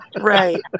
right